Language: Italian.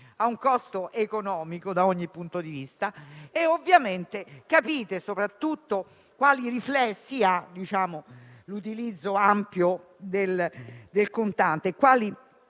e un costo economico, da ogni punto di vista. Capite soprattutto quali riflessi abbia l'utilizzo ampio del contante